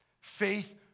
Faith